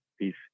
Peace